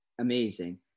amazing